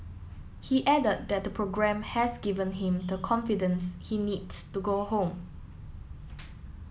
he added that the programme has given him the confidence he needs to go home